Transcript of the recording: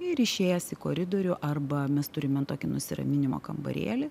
ir išėjęs į koridorių arba mes turime tokį nusiraminimo kambarėlį